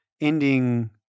ending